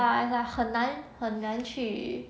ya it's like 很难很难去